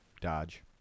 dodge